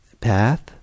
path